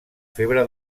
febre